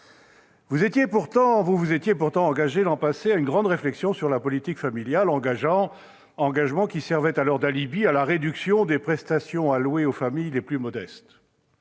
Vous vous étiez pourtant engagée l'an passé à une grande réflexion sur la politique familiale, engagement qui servait alors d'alibi à la réduction des prestations allouées aux familles les plus modestes.